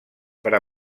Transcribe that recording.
per